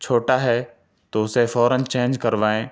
چھوٹا ہے تو اسے فوراً چینج کروائیں